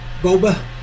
Boba